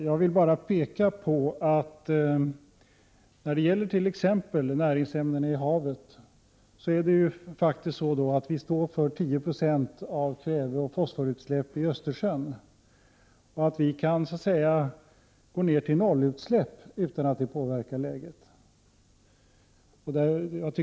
Jag vill i det sammanhanget framhålla att vi t.ex. när det gäller näringsämnena i havet står för 10 90 av kväveoch fosforutsläppen i Östersjön och att vi kan minska våra utsläpp till noll utan att denna åtgärd påverkar situationen.